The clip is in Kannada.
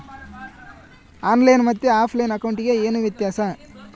ಆನ್ ಲೈನ್ ಮತ್ತೆ ಆಫ್ಲೈನ್ ಅಕೌಂಟಿಗೆ ಏನು ವ್ಯತ್ಯಾಸ?